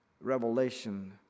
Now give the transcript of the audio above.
revelation